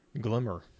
Glimmer